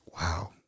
Wow